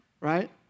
Right